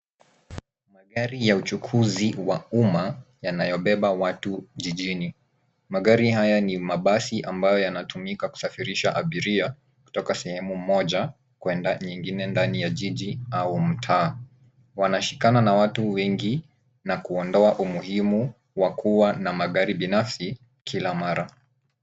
Magari ya uchukuzi wa umma yanayobeba watu jijini. Magari haya ni mabasi ambayo yanatumika kusafirisha abiria kutoka sehemu moja kwenda nyingine ndani ya jiji au mtaa. Wanashikana na watu wengi na kuondoa umuhimu wa kuwa na magari binafsi kila mara.